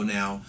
now